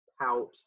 pout